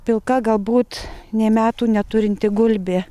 pilka galbūt nė metų neturinti gulbė